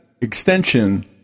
extension